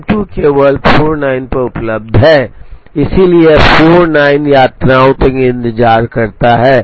M 2 केवल 49 पर उपलब्ध है इसलिए यह 49 यात्राओं तक इंतजार करता है